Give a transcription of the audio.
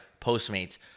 Postmates